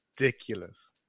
ridiculous